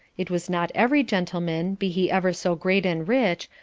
it was not every gentleman, be he ever so great and rich,